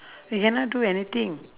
we cannot do anything